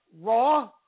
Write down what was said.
Raw